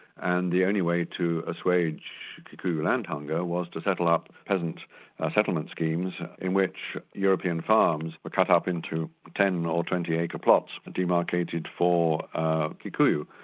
and the only way to assuage kikuyu land hunger was to settle up peasant ah settlement schemes in which european farms were cut ah up into ten or twenty acre plots demarcated for ah kikuyu.